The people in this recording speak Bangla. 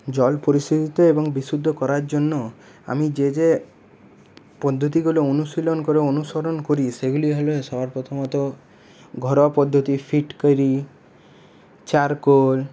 জল পরিশোধিত এবং বিশুদ্ধ করার জন্য আমি যে যে পদ্ধতিগুলো অনুশীলন করে অনুসরণ করি সেগুলি হল সবার প্রথমত ঘরোয়া পদ্ধতি ফিটকারি চারকোল